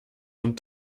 und